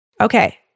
Okay